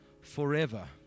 forever